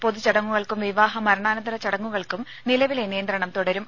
പൊതു ചടങ്ങുകൾക്കും വിവാഹ മരണാനന്തര ചടങ്ങുകൾക്കും നിലവിലെ നിയന്ത്രണം തുടരും